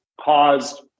caused